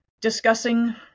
discussing